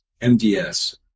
MDS